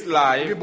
life